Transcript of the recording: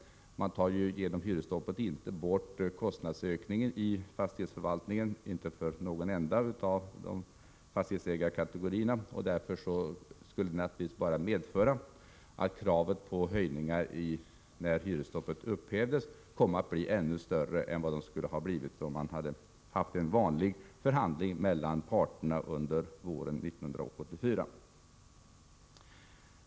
Man tar ju genom hyresstoppet inte bort kostnadsökningen i fastighetsförvaltningen — inte för någon av fastighetsägarkategorierna. Därför skulle ett hyresstopp naturligtvis bara medföra att kraven på hyreshöjningar när hyresstoppet upphävs blir ännu större än vad de skulle ha blivit om det hade varit en vanlig förhandling mellan parterna under våren 1984.